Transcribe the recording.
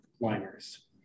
liners